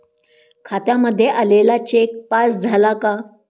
खात्यामध्ये आलेला cheque pass झाला का?